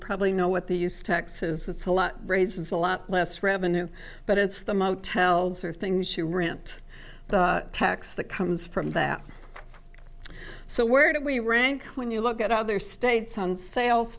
probably know what they use taxes it's a lot raises a lot less revenue but it's the motels or things she rent tax that comes from that so where do we rank when you look at other states on sales